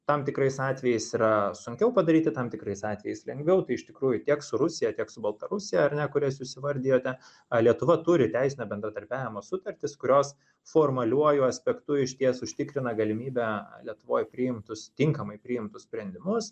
tam tikrais atvejais yra sunkiau padaryti tam tikrais atvejais lengviau tai iš tikrųjų tiek su rusija tiek su baltarusija ar ne kurias jūs įvardijote a lietuva turi teisinio bendradarbiavimo sutartis kurios formaliuoju aspektu išties užtikrina galimybę letuvoj priimtus tinkamai priimtus sprendimus